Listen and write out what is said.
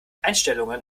einstellungen